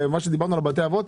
בתי האבות,